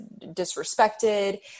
disrespected